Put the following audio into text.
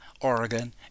Oregon